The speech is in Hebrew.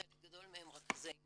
חלק גדול מהם רכזי נוער,